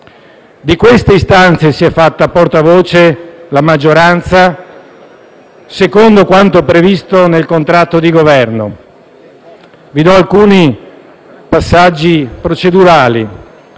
Di queste istanze si è fatta portavoce la maggioranza, secondo quanto previsto nel contratto di Governo. Vi fornisco ora alcuni passaggi procedurali: